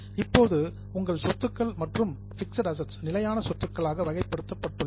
இப்போது உங்கள் சொத்துக்கள் மேலும் பிக்ஸட் ஆசெட்ஸ் நிலையான சொத்துக்களாக வகைப்படுத்தப்பட்டுள்ளன